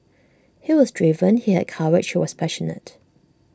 he was driven he had courage he was passionate